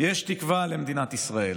יש תקווה למדינת ישראל,